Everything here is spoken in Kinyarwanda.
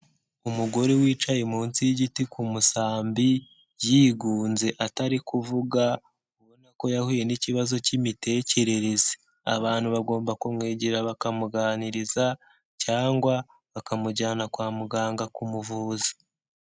Umugore wicaye munsi y'igiti ku musambi, yigunze atari kuvuga ubona ko yahuye n'ikibazo k'imitekerereze, abantu bagomba kumwegera bakamuganiriza cyangwa bakamujyana kwa muganga kumuvuza.